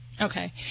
Okay